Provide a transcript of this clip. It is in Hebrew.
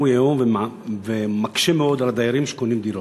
היום ומקשה מאוד על דיירים שקונים דירות.